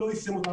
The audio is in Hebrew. לא אימץ אותן.